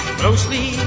closely